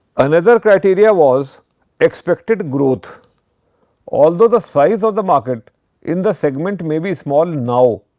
another criteria was expected growth although the size of the market in the segment may be small now,